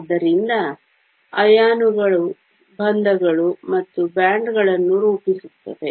ಆದ್ದರಿಂದ ಅಯಾನುಗಳು ಬಂಧಗಳು ಮತ್ತು ಬ್ಯಾಂಡ್ಗಳನ್ನು ರೂಪಿಸುತ್ತವೆ